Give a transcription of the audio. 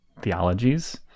theologies